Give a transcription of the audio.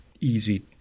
easy